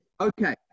okay